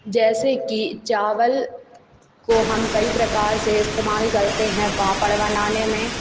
जैसे कि चावल को हम कई प्रकार से इस्तेमाल करते हैं पापड़ बनाने में